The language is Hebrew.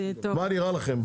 מה נראה לכם?